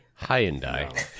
Hyundai